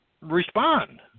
respond